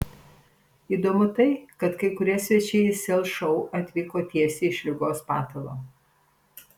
įdomu tai kad kai kurie svečiai į sel šou atvyko tiesiai iš ligos patalo